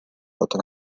otra